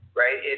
right